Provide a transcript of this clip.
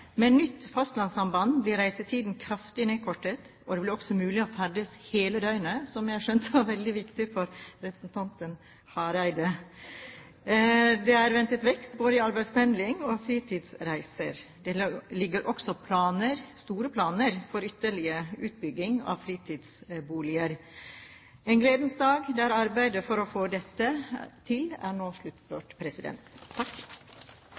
Med nytt fastlandssamband blir reisetiden kraftig nedkortet, og det blir også mulig å ferdes hele døgnet – som jeg har skjønt var veldig viktig for representanten Hareide. Det er ventet vekst både i arbeidspendling og i fritidsreiser. Det ligger også store planer for ytterligere utbygging av fritidsboliger. Dette er en gledens dag, da arbeidet for å få dette til nå er